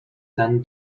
ten